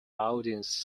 audience